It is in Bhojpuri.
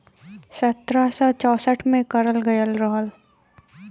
सत्रह सौ चौंसठ में करल गयल रहल